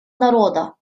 народа